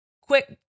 Quick